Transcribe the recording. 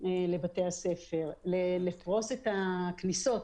לבתי הספר, לפרוס את הכניסות.